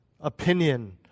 opinion